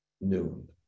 noon